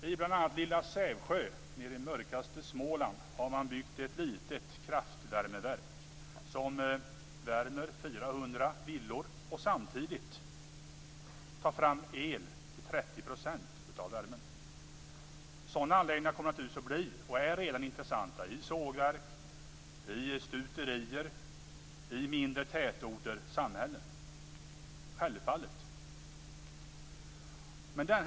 I bl.a. lilla Sävsjö nere i mörkaste Småland har man byggt ett litet kraftvärmeverk som värmer 400 villor och samtidigt tar fram el till 30 % av värmen. Sådana anläggningar kommer naturligtvis att bli, och är redan, intressanta i sågverk, i stuterier och i mindre tätorter och samhällen. Självfallet är det så.